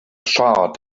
charred